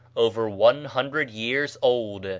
over one hundred years old,